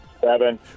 Seven